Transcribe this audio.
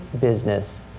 business